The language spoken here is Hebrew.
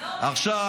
לא, בעיני בית המשפט.